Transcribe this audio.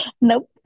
Nope